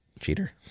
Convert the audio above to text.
Cheater